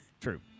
True